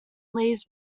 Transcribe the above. leaves